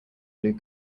blue